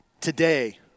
today